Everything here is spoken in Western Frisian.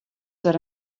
der